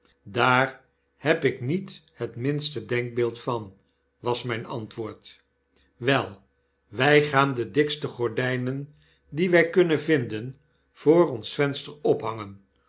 daar heb ik niet het minste denkbeeld van was mijn antwoord wel wij gaan de dikste gordijn die wij kunnen vinden voor ons venster ophangen